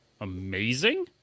amazing